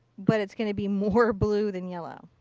but it's going to be more blue than yellow.